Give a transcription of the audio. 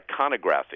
iconography